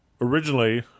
originally